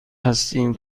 هستیم